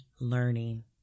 learning